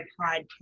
podcast